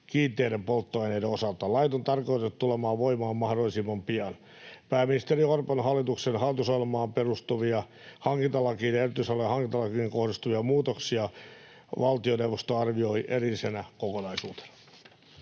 kiinteiden polttoaineiden osalta. Lait on tarkoitettu tulemaan voimaan mahdollisimman pian. Pääministeri Orpon hallituksen hallitusohjelmaan perustuvia hankintalakiin ja erityis-alojen hankintalakiin kohdistuvia muutoksia valtioneuvosto arvioi erillisenä kokonaisuutena.